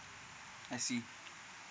I see